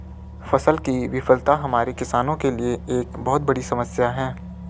फसल की विफलता हमारे किसानों के लिए एक बहुत बड़ी समस्या है